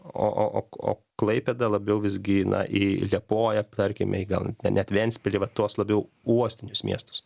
o o o o klaipėda labiau visgi na į liepoją tarkime į gal ne net ventspilį va tuos labiau uostinius miestus